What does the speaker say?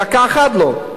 דקה אחת לא.